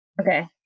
Okay